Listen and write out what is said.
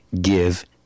give